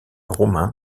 roumain